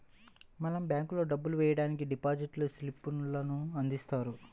మనం బ్యేంకుల్లో డబ్బులు వెయ్యడానికి డిపాజిట్ స్లిప్ లను అందిస్తున్నారు